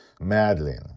Madeline